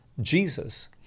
Jesus